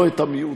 לא את המיעוט,